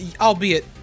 albeit